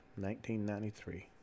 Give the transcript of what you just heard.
1993